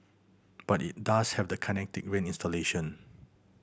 but it does have the Kinetic Rain installation